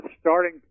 starting